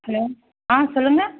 hello ஆ சொல்லுங்கள்